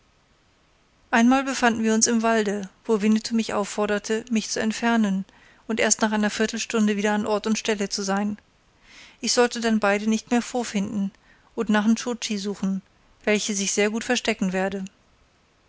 einmal befanden wir uns im walde wo winnetou mich aufforderte mich zu entfernen und erst nach einer viertelstunde wieder an ort und stelle zu sein ich sollte dann beide nicht mehr vorfinden und nach nscho tschi suchen welche sich sehr gut verstecken werde